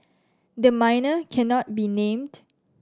the minor cannot be named